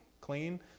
clean